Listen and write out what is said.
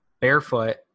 barefoot